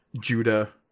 Judah